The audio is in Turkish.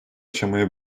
aşamaya